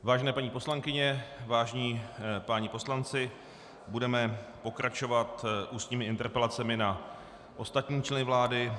Vážené paní poslankyně, vážení páni poslanci, budeme pokračovat ústními interpelacemi na ostatní členy vlády.